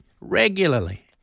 regularly